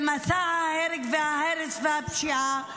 במסע ההרג, ההרס והפשיעה,